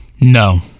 No